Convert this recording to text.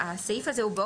הסעיף הזה הוא לעוזרים,